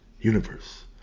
universe